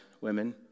women